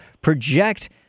project